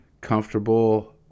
Comfortable